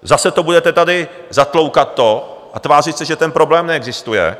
Zase to budete tady zatloukat a tvářit se, že ten problém neexistuje?